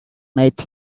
night